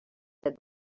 said